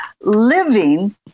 living